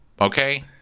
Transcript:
okay